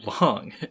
long